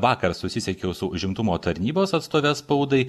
vakar susisiekiau su užimtumo tarnybos atstove spaudai